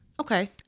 Okay